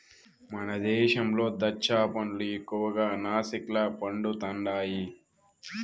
మన దేశంలో దాచ్చా పండ్లు ఎక్కువగా నాసిక్ల పండుతండాయి